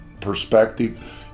perspective